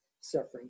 Suffering